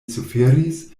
suferis